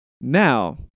now